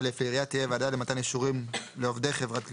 330יב.(א)לעירייה תהיה ועדה למתן אישורים לעובדי חברת גבייה,